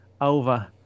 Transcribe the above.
over